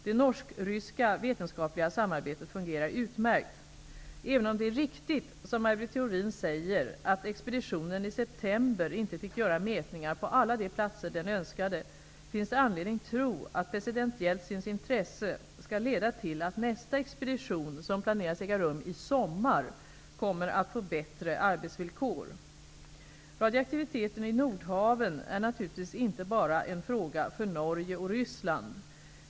Det norsk-ryska vetenskapliga samarbetet fungerar utmärkt. Även om det är riktigt som Maj Britt Theorin säger att expeditionen i september inte fick göra mätningar på alla de platser den önskade, finns det anledning tro att president Jeltsins intresse skall leda till att nästa expedition, som planeras äga rum i sommar, kommer att få bättre arbetsvillkor. Radioaktiviteten i ''nordhaven'' är naturligtvis inte bara en fråga för Norge och Ryssland.